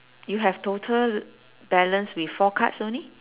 you have total balance with four cards only